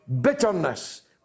bitterness